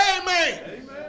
Amen